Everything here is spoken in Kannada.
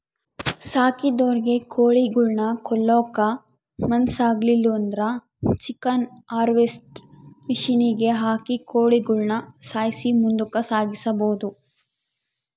ಸಾಕಿದೊರಿಗೆ ಕೋಳಿಗುಳ್ನ ಕೊಲ್ಲಕ ಮನಸಾಗ್ಲಿಲ್ಲುದ್ರ ಚಿಕನ್ ಹಾರ್ವೆಸ್ಟ್ರ್ ಮಷಿನಿಗೆ ಹಾಕಿ ಕೋಳಿಗುಳ್ನ ಸಾಯ್ಸಿ ಮುಂದುಕ ಸಾಗಿಸಬೊದು